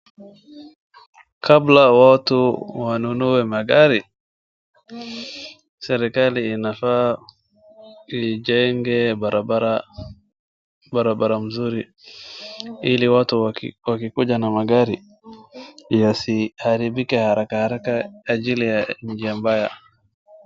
Kabla watu wanunue magari, serikali inafaa ijenge barabara, barabara mzuri ili watu waki-- wakikuja na magari, yasiharibike haraka haraka ajili ya njia mbaya.